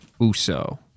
Uso